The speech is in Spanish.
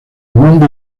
mundo